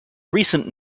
recent